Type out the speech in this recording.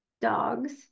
dogs